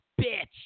bitch